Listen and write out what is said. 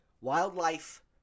wildlife